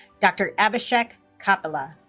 dr. abhishek kapila